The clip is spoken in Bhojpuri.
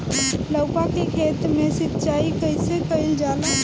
लउका के खेत मे सिचाई कईसे कइल जाला?